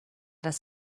das